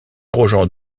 grosjean